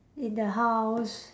in the house